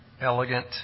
elegant